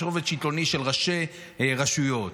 של ראשי רשויות,